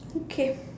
okay